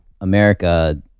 America